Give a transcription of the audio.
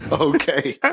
okay